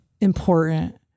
important